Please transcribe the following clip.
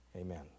Amen